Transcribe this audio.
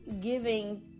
giving